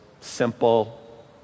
simple